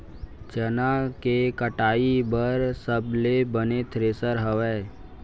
चना के कटाई बर सबले बने थ्रेसर हवय?